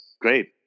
great